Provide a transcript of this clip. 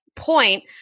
point